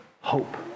hope